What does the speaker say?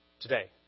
Today